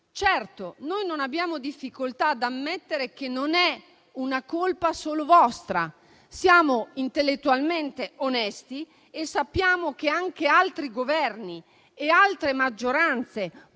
l'Italia. Non abbiamo difficoltà ad ammettere che non è una colpa solo vostra. Siamo intellettualmente onesti e sappiamo che anche altri Governi e altre maggioranze